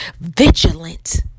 vigilant